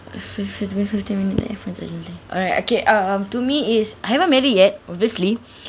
fifth~ fifteen fifteen minute left only alright okay um to me is I haven't married yet obviously